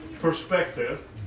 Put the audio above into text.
perspective